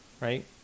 Right